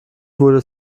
wurde